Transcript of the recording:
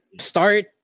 Start